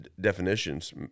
definitions